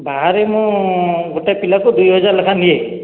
ବାହାରେ ମୁଁ ଗୋଟେ ପିଲାକୁ ଦୁଇ ହଜାର ଲେଖାଏଁ ନିଏ